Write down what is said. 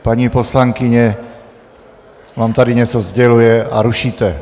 Paní poslankyně vám tady něco sděluje a rušíte.